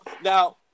Now